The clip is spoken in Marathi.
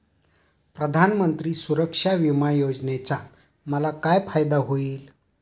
प्रधानमंत्री सुरक्षा विमा योजनेचा मला काय फायदा होईल?